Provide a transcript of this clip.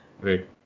Right